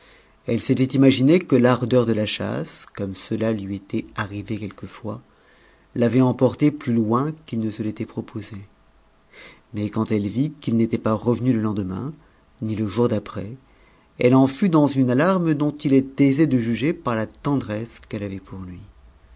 elle s'était imaginé que l'ardeur de a chasse comme cela lui était arrivé quelquefois l'avait emporté plus loin qu'i ne se l'était proposé mais quand elle vit qu'il n'était pas revenu e lendemain ni e jour d'après elle en fut dans une alarme dont il est aisé de juger par la tendresse qu'elle avait pour lui